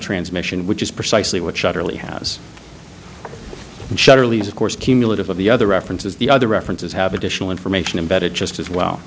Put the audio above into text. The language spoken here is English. transmission which is precisely what shirley has shetterly as of course cumulative of the other references the other references have additional information embedded just as well